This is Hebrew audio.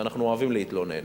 ואנחנו אוהבים להתלונן.